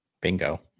Bingo